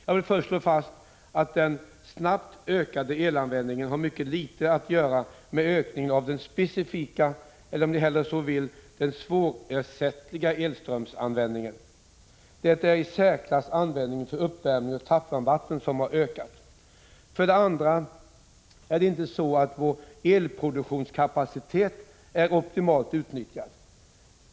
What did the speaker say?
Jag vill först slå fast att den snabbt ökade elanvändningen har mycket litet att göra med ökningen av den specifika eller, om ni hellre så vill, den svårersättliga elströmsanvändningen. Det är i särklass användningen för uppvärmning och tappvarmvatten som ökat. Vidare är vår elproduktionskapacitet inte optimalt utnyttjad.